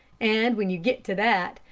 and when you get to that,